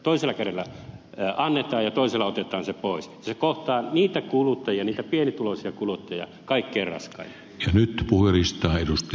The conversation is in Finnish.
toisella kädellä annetaan ja toisella otetaan se pois ja se kohtaa niitä kuluttajia niitä pienituloisia kuluttajia kaikkein raskaimmin